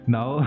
Now